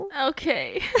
Okay